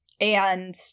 and-